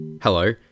hello